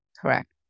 Correct